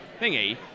thingy